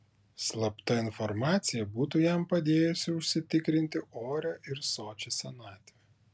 slapta informacija būtų jam padėjusi užsitikrinti orią ir sočią senatvę